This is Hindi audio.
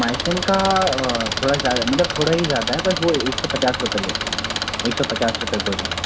मायसीम का थोड़ा ज़्यादा मतलब थोड़ा ही ज़्यादा है पर वो एक सौ पचास रुपये है एक सौ पचास रुपये बोरी है